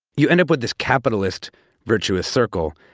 you end up with this capitalist virtuous circle.